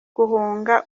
guhunga